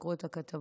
לקרוא את הכתבות,